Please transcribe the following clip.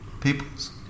peoples